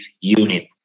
unit